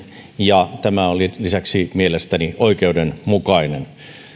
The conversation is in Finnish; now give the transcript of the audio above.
ja tämä on lisäksi mielestäni oikeudenmukainen